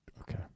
Okay